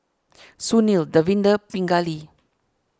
Sunil Davinder Pingali